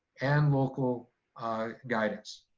and local guidance.